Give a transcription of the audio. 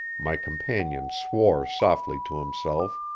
my companion swore softly to himself.